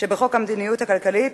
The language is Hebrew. שבחוק המדיניות הכלכלית